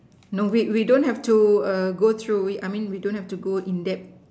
no wait we don't have to err go through we I mean we don't have to go in depth